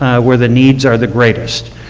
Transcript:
ah where the needs are the greatest.